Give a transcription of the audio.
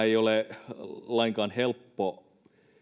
ei ole lainkaan helppo